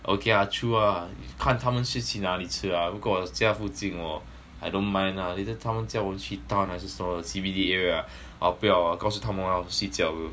okay ah true ah 看他们是去哪里吃 ah 如果家附近我 I don't mind lah later 他们叫我去 town 还是什么 C_B_D area ah 我不要我告诉他们我睡觉 bro